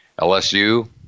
LSU